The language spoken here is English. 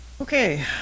Okay